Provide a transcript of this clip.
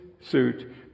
suit